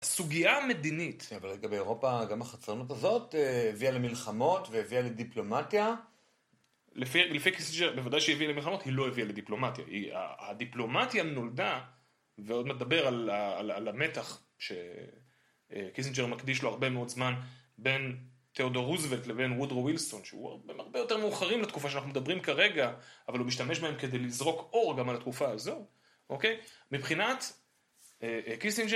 הסוגיה המדינית, אבל לגבי באירופה, גם החצרנות הזאת הביאה למלחמות והביאה לדיפלומטיה. לפי קיסינג'ר, בוודאי שהיא הביאה למלחמות, היא לא הביאה לדיפלומטיה. הדיפלומטיה נולדה, ועוד נדבר על המתח שקיסינג'ר מקדיש לו הרבה מאוד זמן, בין תיאודור רוזוולט לבין רודרו ווילסון, שהוא הם הרבה יותר מאוחרים לתקופה שאנחנו מדברים כרגע, אבל הוא משתמש בהם כדי לזרוק אור גם על התקופה הזאת. אוקיי? מבחינת קיסינג'ר...